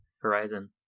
Horizon